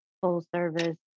full-service